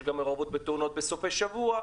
יש גם מעורבות בתאונות בסופי שבוע,